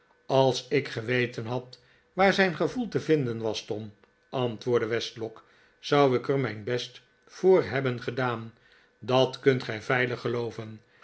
als ik geweten had waar zijn gevoel te vinden was tom antwoordde westlock zou ik er mijn best voor hebben gedaan dat kunt gij veilig gelooven